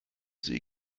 see